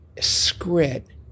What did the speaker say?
script